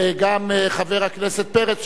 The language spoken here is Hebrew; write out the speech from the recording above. וגם חבר הכנסת פרץ,